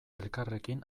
elkarrekin